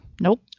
Nope